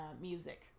music